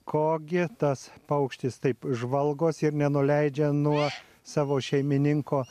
ko gi tas paukštis taip žvalgosi ir nenuleidžia nuo savo šeimininko